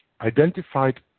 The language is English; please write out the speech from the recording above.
identified